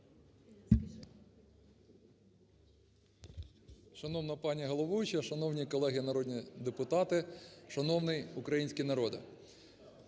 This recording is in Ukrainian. Шановна пані головуюча, шановні колеги народні депутати, шановний український народе,